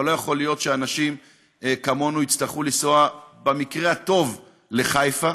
אבל לא יכול להיות שאנשים כמונו יצטרכו לנסוע במקרה הטוב לחיפה,